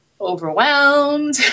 overwhelmed